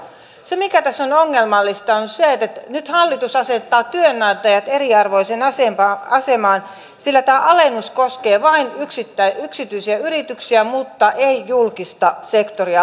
se mikä tässä on ongelmallista on se että nyt hallitus asettaa työnantajat eriarvoiseen asemaan sillä tämä alennus koskee vain yksityisiä yrityksiä mutta ei julkista sektoria lainkaan